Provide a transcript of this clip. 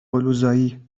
قلوزایی